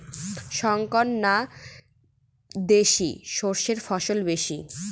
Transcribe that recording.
শংকর না দেশি সরষের ফলন বেশী?